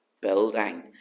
building